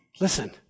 Listen